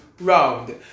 round